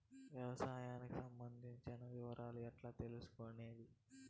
వ్యవసాయానికి సంబంధించిన వివరాలు ఎట్లా తెలుసుకొనేది?